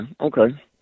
okay